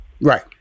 Right